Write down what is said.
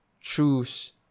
choose